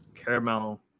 Caramel